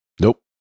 Nope